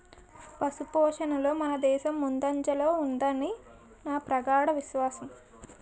పశుపోషణలో మనదేశం ముందంజలో ఉంటుదని నా ప్రగాఢ విశ్వాసం